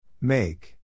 Make